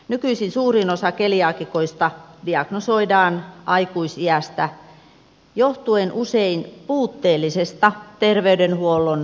nykyisin suurin osa keliaakikoista diagnosoidaan aikuisiässä johtuen usein puutteellisesta terveydenhuollon asiantuntemuksesta